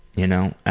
you know.